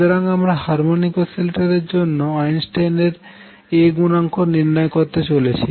সুতরাং আমরা harmonic oscillator এর জন্য আইনস্টাইন এর A গুনাঙ্ক নির্ণয় করতে চলেছি